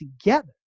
together